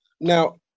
now